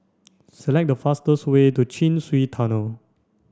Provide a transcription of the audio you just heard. select the fastest way to Chin Swee Tunnel